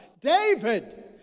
David